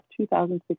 2016